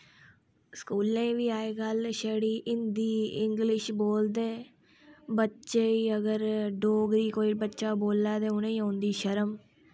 स्कूलें च बी अजकल छड़ी हिन्दी इंगलिश बोलदे बच्चा ई अगर डोगरी कोई बच्चा बोल्लै ते उनेंई औंदी शर्म